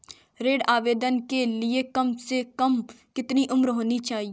ऋण आवेदन के लिए कम से कम कितनी उम्र होनी चाहिए?